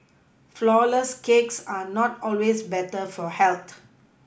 flourless cakes are not always better for health